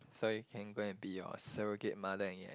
sorry can go and be your surrogate mother and get